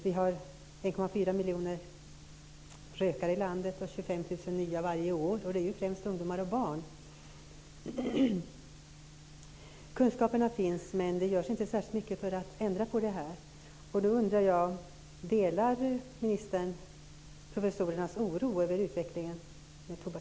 Det finns 1,4 miljoner rökare i landet, och 25 000 nya tillkommer varje år, främst ungdomar och barn. Kunskaperna finns, men det görs inte särskilt mycket för att ändra på detta.